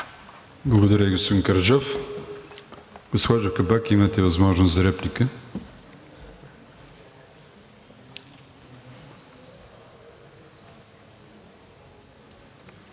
Благодаря, господин Караджов. Госпожо Кабак, имате възможност за реплика.